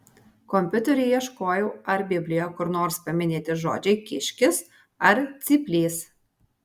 kompiuteriu ieškojau ar biblijoje kur nors paminėti žodžiai kiškis ar cyplys